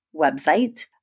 website